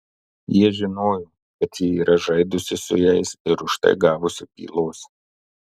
jie žinojo kad ji yra žaidusi su jais ir už tai gavusi pylos